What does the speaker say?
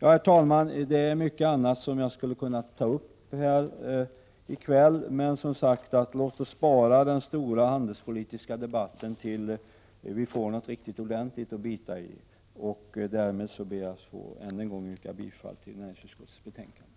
Herr talman! Jag skulle kunna ta upp många andra saker här i kväll. Men låt oss, som sagt, spara den stora handelspolitiska debatten tills vi får något riktigt ordentligt att bita i. Med detta ber jag ännu en gång att få yrka bifall till utskottets hemställan i betänkande 8.